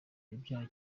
ibyaha